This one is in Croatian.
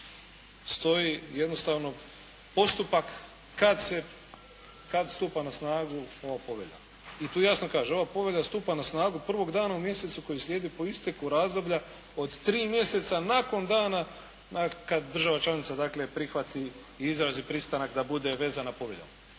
stoji jednostavno postupak kada se, kada stupa na snagu ova povelja. I tu jasno kaže, ova Povelja stupa na snagu prvog dana u mjesecu koji slijedi po isteku razdoblja od 3 mjeseca nakon dana, kada država članica dakle, prihvati i izrazi pristanak da bude vezana Poveljom.